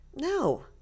No